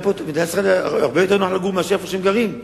במדינת ישראל הרבה יותר נוח לגור מאשר במקומות שבהם הם גרים.